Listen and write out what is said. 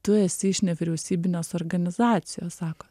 tu esi iš nevyriausybinės organizacijos sako